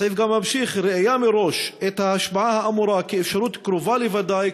הסעיף גם ממשיך: "ראייה מראש את ההשפעה האמורה כאפשרות קרובה לוודאי,